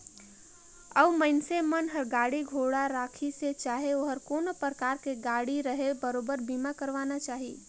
अउ मइनसे मन हर गाड़ी घोड़ा राखिसे चाहे ओहर कोनो परकार के गाड़ी रहें बरोबर बीमा करवाना चाही